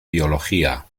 biología